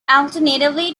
alternatively